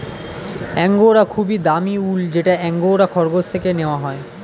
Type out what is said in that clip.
angora খুবই দামি উল যেটা অ্যাঙ্গোরা খরগোশ থেকে নেওয়া হয়